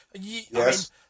Yes